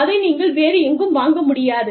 அதை நீங்கள் வேறு எங்கும் வாங்க முடியாது